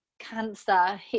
cancer